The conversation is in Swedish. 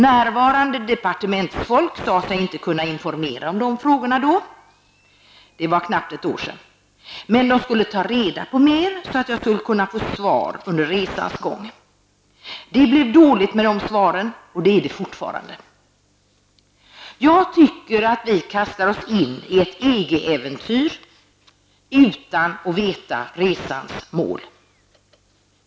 Närvarande departementsfolk sade sig inte kunna informera om de frågorna då -- det var knappt ett år sedan -- men man skulle ta reda på mer så att jag skulle kunna få svar under resans gång. Det blev dåligt med de svaren, och det är det fortfarande. Jag tycker att vi kastar oss in i ett EG-äventyr utan att veta resans mål.